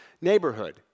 neighborhood